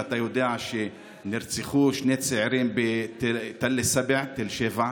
ואתה יודע שנרצחו שני צעירים בתל שבע,